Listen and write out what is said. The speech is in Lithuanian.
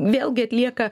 vėlgi atlieka